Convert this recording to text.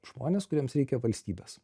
žmonės kuriems reikia valstybės